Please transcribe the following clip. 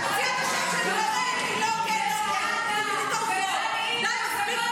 וזה שאת מוציאה את השם שלי, תדעי את